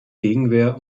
gegenwehr